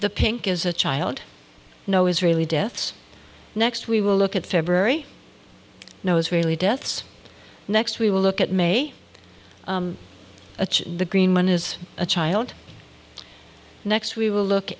the pink as a child no israeli deaths next we will look at february knows really deaths next we will look at may achieve the greenman is a child next we will look